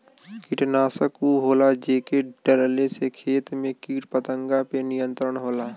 कीटनाशक उ होला जेके डलले से खेत में कीट पतंगा पे नियंत्रण होला